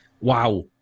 Wow